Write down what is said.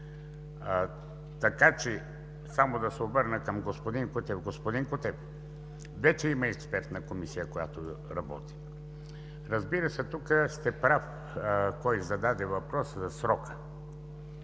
така че само да се обърна към господин Кутев. Господин Кутев, вече има експертна комисия, която работи. Разбира се, тук сте прав – кой зададе въпроса за срока.